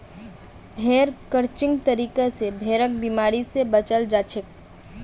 भेड़ क्रचिंग तरीका स भेड़क बिमारी स बचाल जाछेक